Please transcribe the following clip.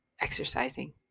exercising